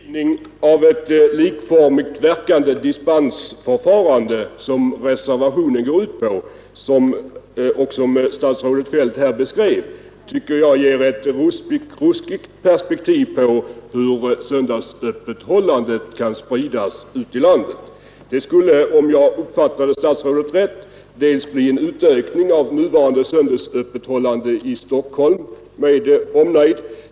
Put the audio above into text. Herr talman! Den beskrivning av ett likformigt verkande dispensförfarande, som reservationen går ut på och som statsrådet Feldt här gav, tycker jag ger ett ruskigt perspektiv på hur söndagsöppethållandet kan spridas ut i landet. Det skulle, om jag uppfattade statsrådet rätt, i första hand bli en ökning av det nuvarande söndagsöppethållandet i Stockholm med omnejd.